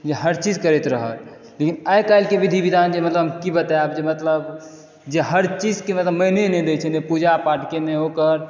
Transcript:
जे हर चीज करैत रहय लेकिन आइ काल्हिके विधि विधान जे मतलब की बतायब जे मतलब जे हर चीज के मतलब माइने नहि दै छै नहि पूजा पाठ के हि ओकर